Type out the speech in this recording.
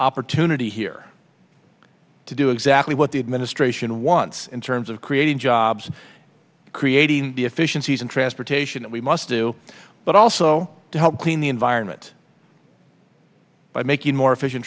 opportunity here to do exactly what the administration wants in terms of creating jobs creating the efficiencies in transportation that we must do but also to help clean the environment by making more efficient